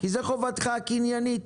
כי זו חובתך הקניינית.